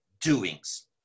doings